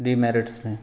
ਦੀ merits ਨੇ